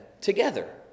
together